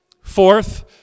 Fourth